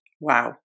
Wow